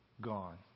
gone